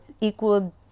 equal